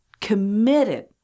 committed